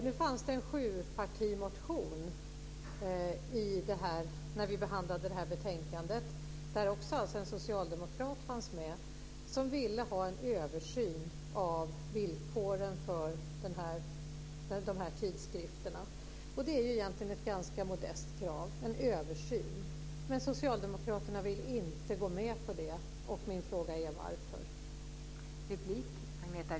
Nu fanns det en sjupartimotion när vi behandlade det här betänkandet, en motion där alltså en socialdemokrat fanns med, som ville ha en översyn av villkoren för de här tidskrifterna. Det är egentligen ett ganska modest krav - en översyn. Men socialdemokraterna vill inte gå med på det. Min fråga är varför.